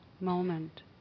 moment